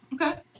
Okay